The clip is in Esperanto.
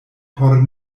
por